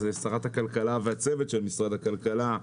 זאת שרה הכלכלה והצוות של משרד הכלכלה,